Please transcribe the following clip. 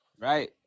Right